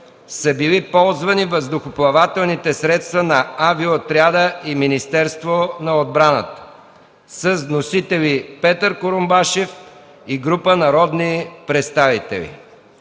са били ползвани въздухоплавателните средства на авиоотряда и Министерството на отбраната. Вносители: Петър Курумбашев и група народни представители.